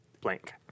blank